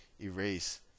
erase